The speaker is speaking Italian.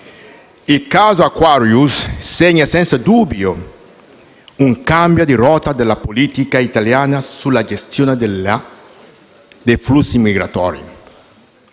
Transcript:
il caso Aquarius segna senza dubbio un cambio di rotta della politica italiana sulla gestione dei flussi migratori.